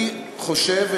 אני חושב,